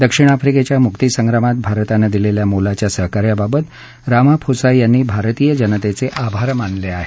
दक्षिण आफ्रिकेच्या मुक्ती संग्रामात भारतानं दिलेल्या मोलाच्या सहकार्याबाबत रामाफोसा यांनी भारतीय जनतेचे आभार मानले आहेत